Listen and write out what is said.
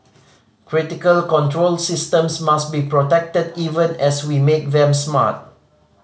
critical control systems must be protected even as we make them smart